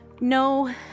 no